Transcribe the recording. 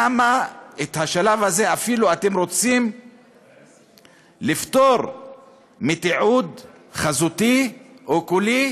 למה את השלב הזה אפילו אתם רוצים לפטור מתיעוד חזותי או קולי